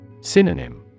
Synonym